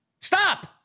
Stop